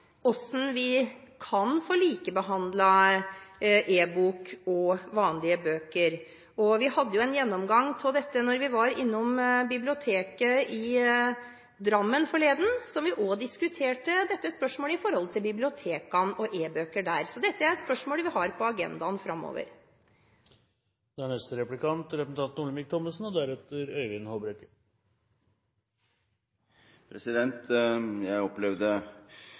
hvordan vi kan få likebehandlet e-bøker og vanlige bøker. Vi hadde en gjennomgang av dette da vi var innom biblioteket i Drammen forleden, da vi også diskuterte dette spørsmålet i forhold til bibliotekene og e-bøker der. Dette er et spørsmål vi har på agendaen framover. Jeg opplevde